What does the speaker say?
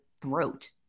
throat